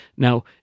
Now